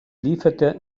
lieferte